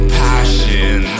passion